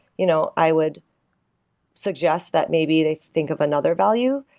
you know i would suggest that maybe they think of another value.